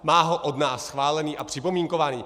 Má ho od nás schválený a připomínkovaný.